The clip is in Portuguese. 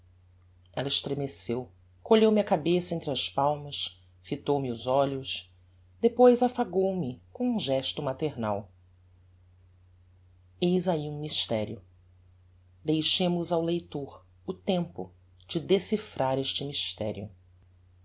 ella estremeceu colheu me a cabeça entre as palmas fitou-me os olhos depois affagou me com um gesto maternal eis ahi um mysterio deixemos ao leitor o tempo de decifrar este mysterio